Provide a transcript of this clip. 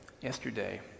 Yesterday